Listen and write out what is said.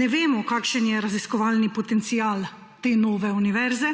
Ne vemo, kakšen je raziskovalni potencial te nove univerze,